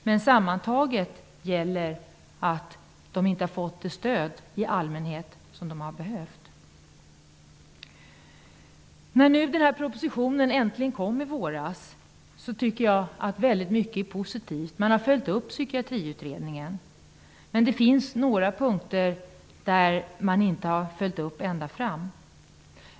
Men sammantaget gäller att de i allmänhet inte har fått det stöd som de har behövt. I propositionen, som äntligen kom under våren, finns det mycket som är positivt. Man har följt upp Psykiatriutredningen, men det finns några punkter som inte har följts upp fullt ut.